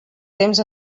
temps